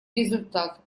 результат